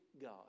God